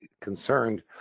concerned